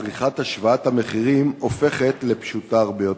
עריכת השוואת המחירים הופכת לפשוטה הרבה יותר.